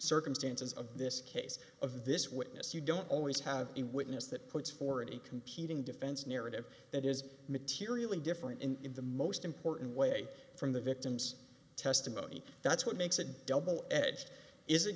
circumstances of this case of this witness you don't always have a witness that puts forward a competing defense narrative that is materially different and in the most important way from the victim's testimony that's what makes a double edged isn't